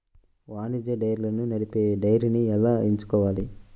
వాణిజ్య డైరీలను నడిపే డైరీని ఎలా ఎంచుకోవాలి?